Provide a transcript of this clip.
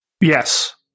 Yes